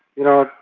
you know,